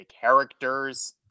characters